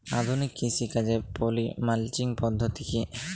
আধুনিক কৃষিকাজে poly mulching পদ্ধতি কি?